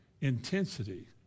intensity